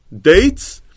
dates